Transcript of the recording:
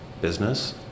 business